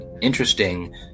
interesting